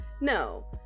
No